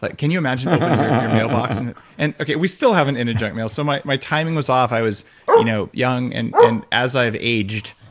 like can you imagine opening um ah and. and okay, we still haven't ended junk mail. so my my timing was off. i was you know young. and and as i've aged,